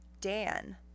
Dan